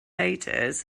actors